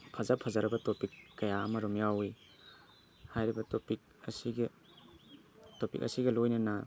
ꯐꯖ ꯐꯖꯔꯕ ꯇꯣꯄꯤꯛ ꯀꯌꯥ ꯑꯃꯔꯣꯝ ꯌꯥꯎꯏ ꯍꯥꯏꯔꯤꯕ ꯇꯣꯄꯤꯛ ꯑꯁꯤꯒ ꯇꯣꯄꯤꯛ ꯑꯁꯤꯒ ꯂꯣꯏꯅꯅ